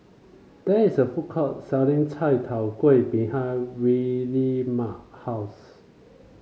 there is a food court selling Chai Tow Kway behind Williemae house